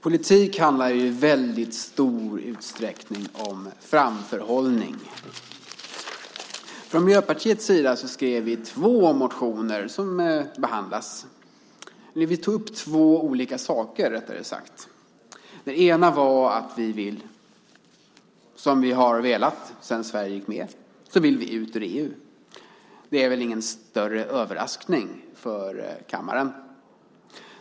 Fru talman! Politik handlar i stor utsträckning om framförhållning. Från Miljöpartiets sida väckte vi två motioner, eller rättare sagt, vi tog upp två saker. Det ena var att vi vill ut ur EU, vilket vi velat sedan Sverige gick med. Det är väl ingen större överraskning för kammaren.